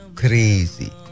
crazy